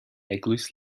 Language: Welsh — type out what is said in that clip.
eglwys